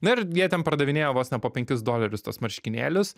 na ir jie ten pardavinėjo vos ne po penkis dolerius tuos marškinėlius